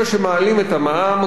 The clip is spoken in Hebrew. כמו שאנחנו יודעים,